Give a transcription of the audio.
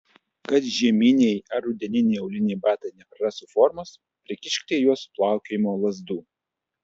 kad žieminiai ar rudeniniai auliniai batai neprarastų formos prikiškite į juos plaukiojimo lazdų